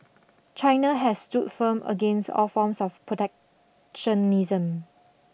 China has stood firm against all forms of protectionism